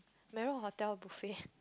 Marriot Hotel buffet